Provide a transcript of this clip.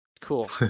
Cool